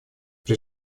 при